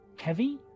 heavy